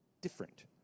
different